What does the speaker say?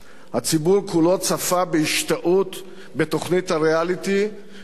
הציבור כולו צפה בהשתאות בתוכנית הריאליטי שהפיק